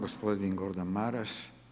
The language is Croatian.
Gospodin Gordan Maras.